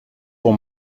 pour